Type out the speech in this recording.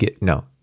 no